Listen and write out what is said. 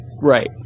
Right